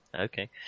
Okay